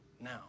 now